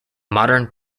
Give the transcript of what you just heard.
modern